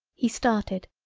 he started,